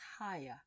higher